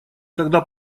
когда